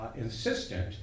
insistent